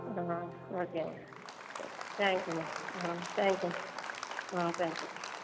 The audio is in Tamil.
அதான் ஓகேங்க சரி தேங்க் யூங்க தேங்க் யூ தேங்க் யூ